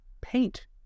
Paint